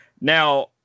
Now